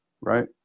right